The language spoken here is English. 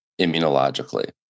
immunologically